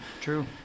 true